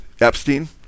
Epstein